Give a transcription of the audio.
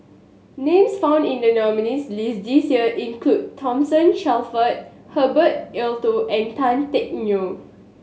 names found in the nominees' list this year include Thomas Shelford Herbert Eleuterio and Tan Teck Neo